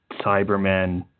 Cybermen